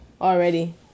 already